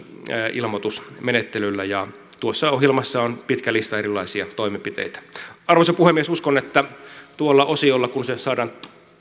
ilmoitusmenettelyllä tuossa ohjelmassa on pitkä lista erilaisia toimenpiteitä arvoisa puhemies uskon että tuolla osiolla kun se saadaan